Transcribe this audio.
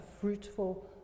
fruitful